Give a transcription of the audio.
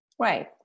Right